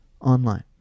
online